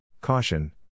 caution